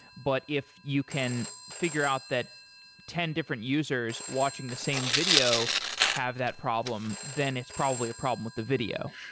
but if you can figure out that ten different users watching the same video have that problem, then it's probably a problem with the video.